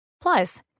Plus